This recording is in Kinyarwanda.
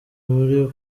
muri